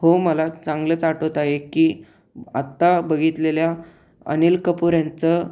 हो मला चांगलंच आठवत आहे की आत्ता बघितलेल्या अनिल कपूर यांचं